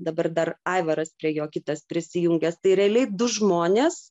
dabar dar aivaras prie jo kitas prisijungęs tai realiai du žmonės